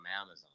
Amazon